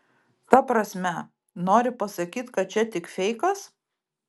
ta prasme nori pasakyt kad čia tik feikas